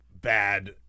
bad